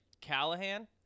Callahan